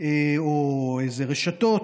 או על רשתות,